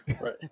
right